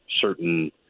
certain